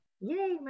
Yay